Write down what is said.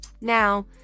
now